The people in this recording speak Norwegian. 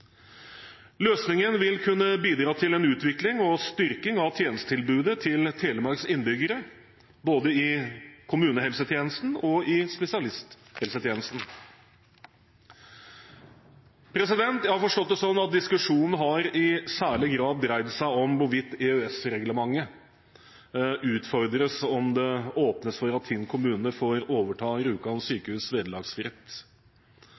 Løsningen vil kunne bidra til en utvikling og styrking av tjenestetilbudet til Telemarks innbyggere både i kommunehelsetjenesten og i spesialisthelsetjenesten. Jeg har forstått det sånn at diskusjonen i særlig grad har dreid seg om hvorvidt EØS-regelverket utfordres, om det åpnes for at Tinn kommune får overta